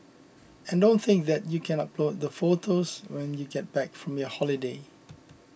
and don't think that you can upload the photos when you get back from your holiday